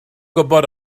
gwybod